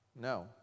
No